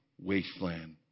wasteland